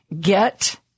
get